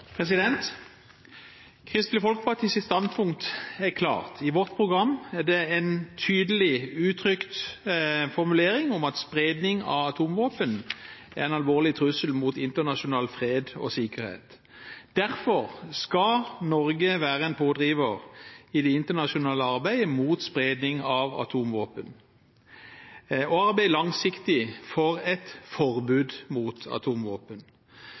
det en tydelig uttrykt formulering: «Spredning av atomvåpen er en alvorlig trussel mot internasjonal fred og sikkerhet. KrF mener Norge må spille en aktiv rolle som pådriver i det internasjonale arbeidet mot spredning av atomvåpen og arbeide langsiktig for et forbud mot